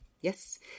Yes